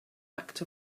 act